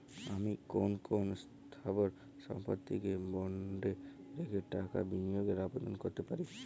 আমি কোন কোন স্থাবর সম্পত্তিকে বন্ডে রেখে টাকা বিনিয়োগের আবেদন করতে পারি?